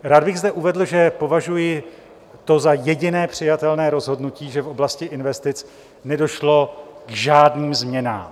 Rád bych zde uvedl, že to považuji za jediné přijatelné rozhodnutí, že v oblasti investic nedošlo k žádným změnám.